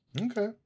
Okay